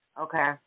Okay